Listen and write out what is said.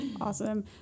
Awesome